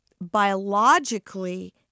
biologically